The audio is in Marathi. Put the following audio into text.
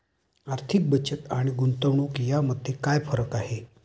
आर्थिक बचत आणि गुंतवणूक यामध्ये काय फरक आहे?